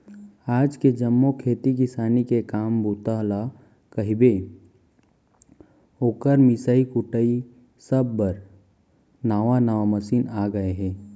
आज के जम्मो खेती किसानी के काम बूता ल कइबे, ओकर मिंसाई कुटई सब बर नावा नावा मसीन आ गए हे